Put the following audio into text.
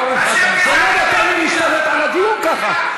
אורן חזן, אתה לא נותן לי להשתלט על הדיון ככה.